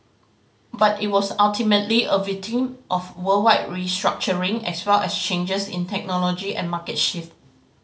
but it was ultimately a victim of worldwide restructuring as well as changes in technology and market shift